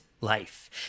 life